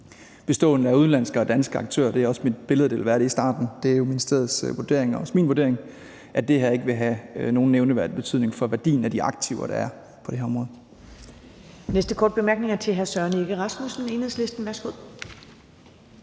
bestående af udenlandske og danske aktører, og det er også mit billede, at det vil være det i starten. Det er jo ministeriets vurdering og også min vurdering, at det her ikke vil have nogen nævneværdig betydning for værdien af de aktiver, der er på det her område.